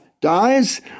dies